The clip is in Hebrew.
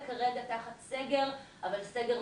יבוא: ""סכום התשלום המזערי לשנת 2020" סכום שהוא